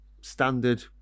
standard